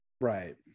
right